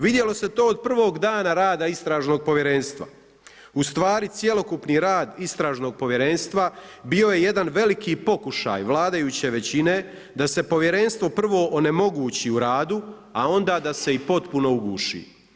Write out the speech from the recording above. Vidjelo se to od prvog dana rada Istražnog povjerenstva, ustvari cjelokupni rad Istražnog povjerenstva, bio je jedan veliki pokušaj vladajuće većine, da se povjerenstvo prvo onemogući u radu, a onda da se i potpuno uguši.